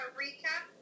recap